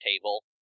table